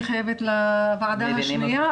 אני חייבת לצאת לוועדה השנייה,